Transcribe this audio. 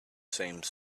same